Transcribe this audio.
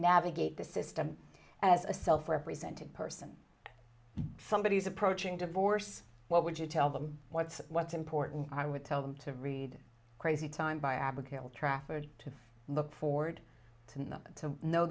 navigate the system as a self representing person somebody is approaching divorce what would you tell them what's what's important i would tell them to read crazy time by abigail trafford to look forward to them to know